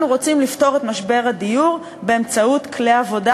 אנחנו רוצים לפתור את משבר הדיור באמצעות כלי עבודה.